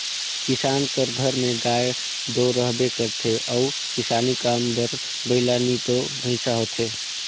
किसान कर घर में गाय दो रहबे करथे अउ किसानी काम बर बइला नी तो भंइसा होथे